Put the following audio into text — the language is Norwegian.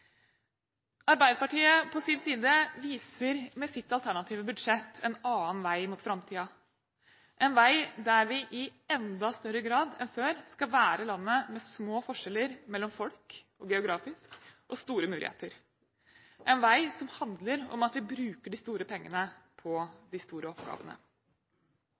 Arbeiderpartiet på sin side viser med sitt alternative budsjett en annen vei mot framtiden, en vei der vi i enda større grad enn før skal være landet med små forskjeller mellom folk geografisk og store muligheter, en vei som handler om at vi bruker de store pengene på de store oppgavene.